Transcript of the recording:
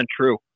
true